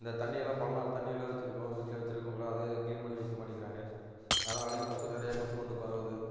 இந்த தண்ணியெல்லாம் பல நாள் தண்ணியெல்லாம் வச்சிருக்கோம் வீட்டில வச்சிருக்கறவங்கள்லாம் அதை க்ளீன் பண்ணி வைக்க மாட்டிங்கிறாங்க அதனாலையும் கொசு நிறையா கொசு வந்து பரவுது